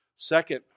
Second